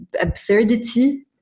absurdity